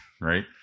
Right